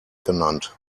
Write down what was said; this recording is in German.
genannt